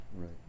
Right